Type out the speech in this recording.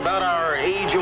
about our age